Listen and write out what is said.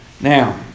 now